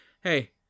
hey